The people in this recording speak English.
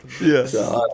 yes